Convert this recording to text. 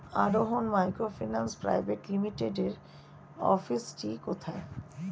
আরোহন microfinance private লিমিটেডের অফিসটি কোথায়?